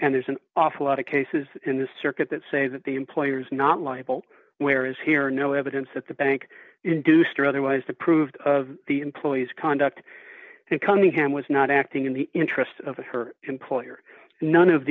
and there's an awful lot of cases in the circuit that say that the employer is not liable where is here no evidence that the bank induced or otherwise the proved of the employee's conduct and cunningham was not acting in the interests of her employer none of